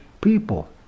people